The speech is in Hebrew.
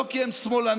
לא כי הם שמאלנים.